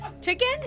Chicken